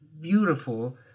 beautiful